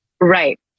right